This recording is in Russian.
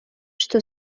что